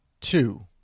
Two